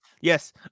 Yes